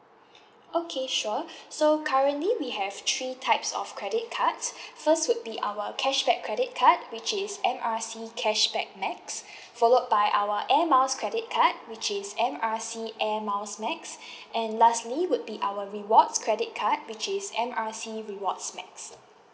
okay sure so currently we have three types of credit cards first would be our cashback credit card which is M R C cashback max followed by our air miles credit card which is M R C air miles max and lastly would be our rewards credit card which is M R C rewards max